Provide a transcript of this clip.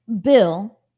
bill